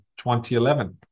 2011